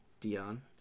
Dion